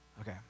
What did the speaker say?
Okay